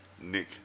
Nick